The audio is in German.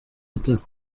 hatte